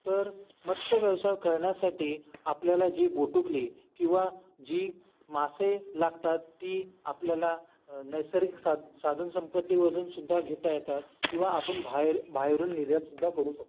तर मत्स्यव्यवसाय करण्यासाठी आपल्याला जी बोटुकली किंवा जी मासे लागतात ती आपल्याला नैसर्गिक साद साधन संपत्तीवरूनसुद्धा घेता येतात किंवा आपण बाहेर बाहेरून निर्यातसुद्धा करू शकतो